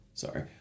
Sorry